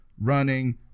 running